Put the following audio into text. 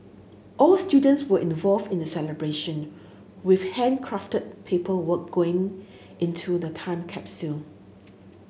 all students were involved in the celebration with handcrafted paperwork going into the time capsule